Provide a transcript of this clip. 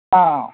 હા